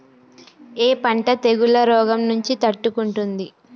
ఏ పంట తెగుళ్ల రోగం నుంచి తట్టుకుంటుంది?